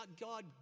God